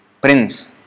Prince